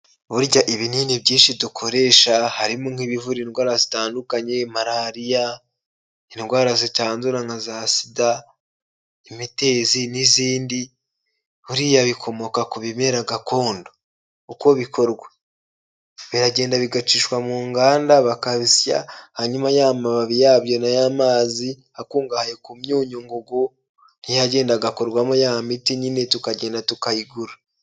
Burya ibinini byinshi dukoresha harimo nk'ibivura indwara zitandukanye marariya, indwara zitandura nka za sida, imitezi n'izindi buriya bikomoka ku bimera gakondo, uko bikorwa biragenda bigacishwa mu nganda bakabisya hanyuma ya mababi yabyo na ya mazi akungahaye ku myunyungugu niyo agenda agakorwamo ya miti nyine tukagenda tukayigura.